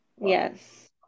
Yes